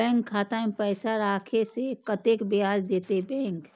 Bank खाता में पैसा राखे से कतेक ब्याज देते बैंक?